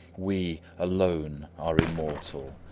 we alone are immortal,